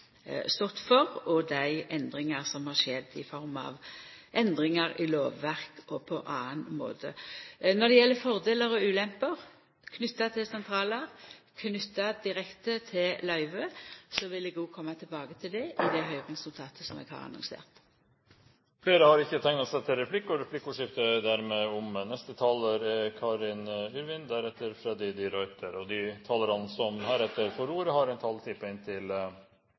stått for, og dei endringane som har skjedd i form av endringar i lovverk og på annan måte. Når det gjeld fordelar og ulemper, knytte til sentralar og direkte til løyve, vil eg koma tilbake til det i det høyringsnotatet eg har annonsert. Replikkordskiftet er omme. De talere som heretter får ordet, har en taletid på inntil